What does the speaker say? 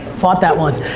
fought that one.